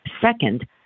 Second